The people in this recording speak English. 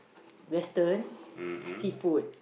Western seafood